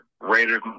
Raiders